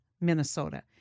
Minnesota